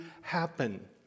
happen